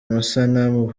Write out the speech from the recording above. amasanamu